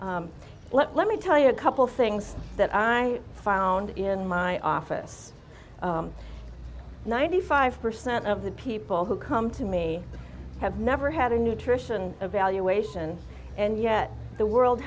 diets let me tell you a couple things that i found in my office ninety five percent of the people who come to me have never had a nutrition evaluation and yet the world